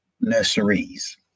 nurseries